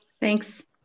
Thanks